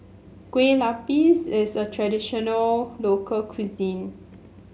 Kueh Lapis is a traditional local cuisine